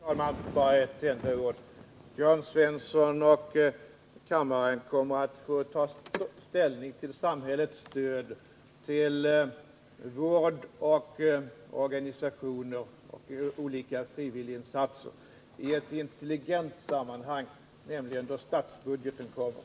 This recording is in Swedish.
Herr talman! Bara några få ord: Jörn Svensson och kammarens ledamöter i övrigt kommer att få ta ställning till samhällets stöd till alkoholvården, organisationer och olika frivilliginsatser i ett intelligent sammanhang, nämligen då statsbudgeten kommer.